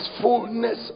fullness